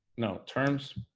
no terms